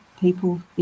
people